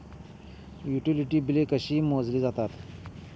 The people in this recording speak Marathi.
युटिलिटी बिले कशी मोजली जातात?